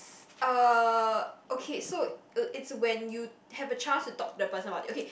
uh okay so uh its when you have a chance to talk to that person about it okay